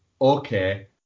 okay